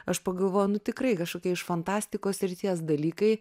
aš pagalvojau nu tikrai kažkokie iš fantastikos srities dalykai